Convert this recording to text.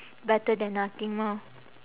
better than nothing mah